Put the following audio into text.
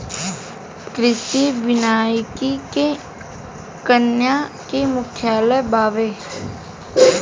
कृषि वानिकी के केन्या में मुख्यालय बावे